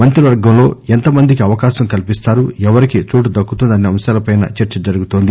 మంత్రివర్గం లో ఎంత మందికి అవకాశం కల్పిస్తారు ఎవరికి చోటు దక్కుతుంది అసే అంశాలపై చర్చ జరుగుతోంది